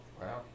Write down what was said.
Wow